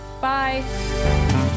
Bye